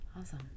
awesome